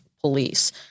police